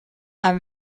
aan